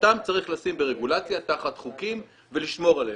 אותם צריך לשים ברגולציה תחת חוקים ולשמור עליהם,